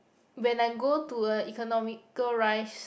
when I go to a economical rice